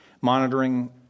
monitoring